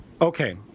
okay